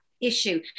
issue